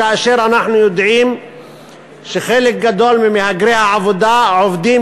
כאשר אנחנו יודעים שחלק גדול ממהגרי העבודה עובדים